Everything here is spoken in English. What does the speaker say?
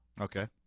okay